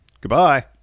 Goodbye